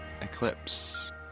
Eclipse